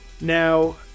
now